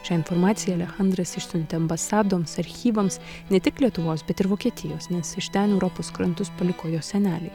šią informaciją alechandras išsiuntė ambasadoms archyvams ne tik lietuvos bet ir vokietijos nes iš ten europos krantus paliko jo seneliai